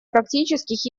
практических